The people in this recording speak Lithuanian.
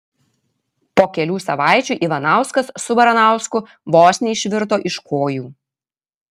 po kelių savaičių ivanauskas su baranausku vos neišvirto iš kojų